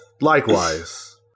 Likewise